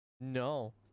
No